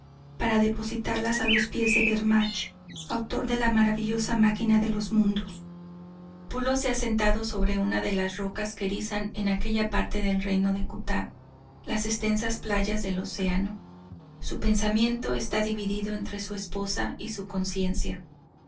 para depositarlas a los pies de bermach autor de la maravillosa maquina de los mundos pulo se ha sentado sobre una de las rocas que erizan en aquella parte del reino de cutac las extensas playas del océano su pensamiento esta dividido entre su esposa y su conciencia